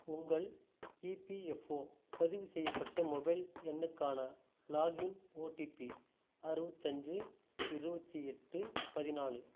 உங்கள் இபிஎஃப்ஓ பதிவு செய்யப்பட்ட மொபைல் எண்ணுக்கான லாகின் ஓடிபி அறுபத்தஞ்சி இருபத்தி எட்டு பதினாலு